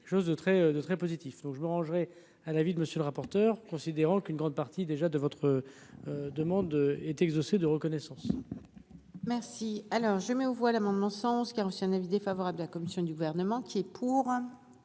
chose de très de très positif, donc je me rangerai à la vie de monsieur le rapporteur, considérant qu'une grande partie déjà de votre demande est exaucé de reconnaissance. Merci, alors je mets aux voix l'amendement sens qui a reçu un avis défavorable de la commission du gouvernement qui est pour,